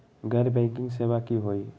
गैर बैंकिंग सेवा की होई?